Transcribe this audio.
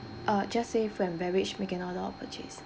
uh just say food and beverage make an order of purchase